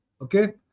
Okay